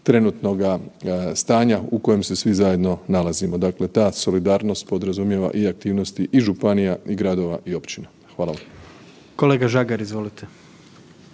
trenutnoga stanja u kojem se svi zajedno nalazimo. Dakle, ta solidarnost podrazumijeva i aktivnosti i županija i gradova i općina. Hvala vam. **Jandroković,